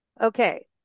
Okay